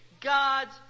God's